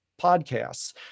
podcasts